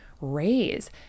raise